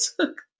took